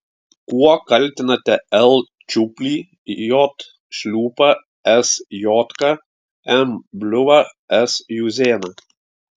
kuo kaltinate l čiuplį j šliūpą s jodką m bliuvą s juzėną